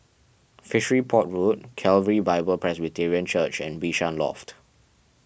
Fishery Port Road Calvary Bible Presbyterian Church and Bishan Loft